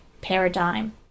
paradigm